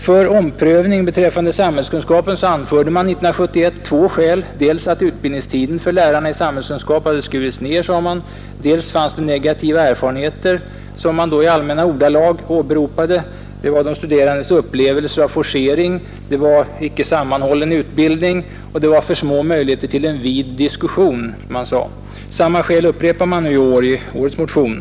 För omprövning beträffande samhällskunskapen anförde man 1971 två skäl — dels att utbildningstiden för lärarna i samhällskunskap har skurits ned, dels att det fanns negativa erfarenheter, som man då i allmänna ordalag åberopade. Det var de studerandes upplevelser av forcering, det var icke sammanhållen utbildning och det var för små möjligheter till en vid diskussion, sade man. Samma skäl åberopar man i årets motion.